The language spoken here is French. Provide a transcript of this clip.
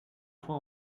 points